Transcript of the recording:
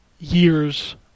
years